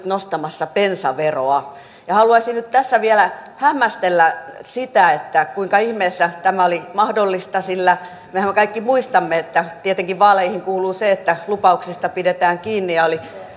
nostamassa bensaveroa haluaisin nyt tässä vielä hämmästellä sitä että kuinka ihmeessä tämä oli mahdollista sillä mehän kaikki muistamme että tietenkin vaaleihin kuuluu se että lupauksista pidetään kiinni ja oli